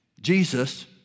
Jesus